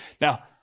now